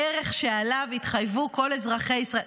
ערך שאליו התחייבו כל אזרחי ישראל,